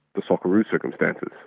the socceroos' circumstances,